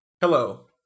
Hello